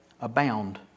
abound